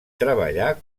treballà